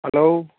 hello